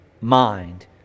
mind